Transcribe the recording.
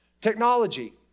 technology